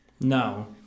No